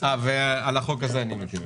על החוק הזה אני מטיל רוויזיה.